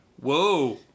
whoa